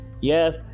yes